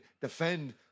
defend